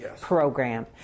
program